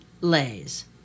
lays